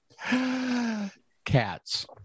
cats